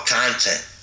content